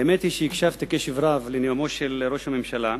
האמת היא שהקשבתי קשב רב לנאומו של ראש הממשלה,